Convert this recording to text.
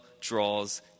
draws